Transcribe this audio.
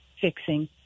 fixing